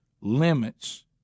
limits